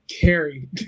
Carrie